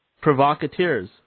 Provocateurs